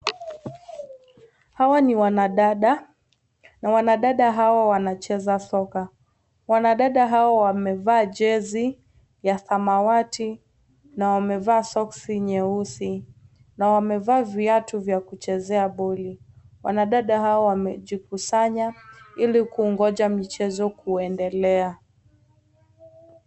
Hawa ni wanadada. Na wanadada hawa wanacheza soka. Wanadada hawa wamevaa jezi ya samawati na wamevaa socks nyeusi. Na wamevaa viatu vya kuchezea boli. Wanadada hawa wamejikusanya ili kungoja mchezo kuendelea.